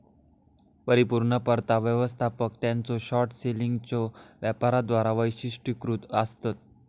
परिपूर्ण परतावा व्यवस्थापक त्यांच्यो शॉर्ट सेलिंगच्यो वापराद्वारा वैशिष्ट्यीकृत आसतत